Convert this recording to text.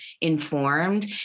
informed